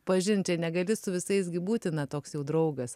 pažinti negali su visais gi būti na toks jau draugas